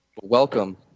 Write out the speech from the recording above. Welcome